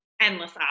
endless